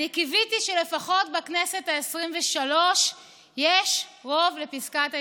אני קיוויתי שלפחות בכנסת העשרים-ושלוש יש רוב לפסקת ההתגברות.